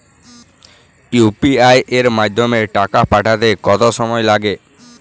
UPI এর মাধ্যমে টাকা পাঠাতে কত সময় লাগে?